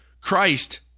Christ